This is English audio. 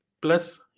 plus